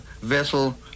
vessel